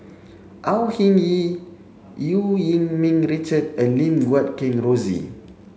Au Hing Yee Eu Yee Ming Richard and Lim Guat Kheng Rosie